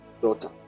daughter